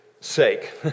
sake